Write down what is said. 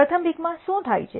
પ્રથમ પીક માં શું થયું છે